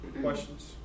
questions